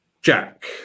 Jack